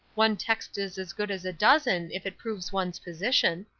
one text is as good as a dozen if it proves one's position.